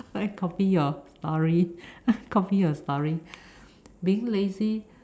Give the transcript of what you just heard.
can I copy your story copy your story being lazy